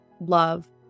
love